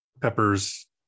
peppers